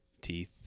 teeth